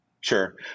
Sure